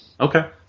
Okay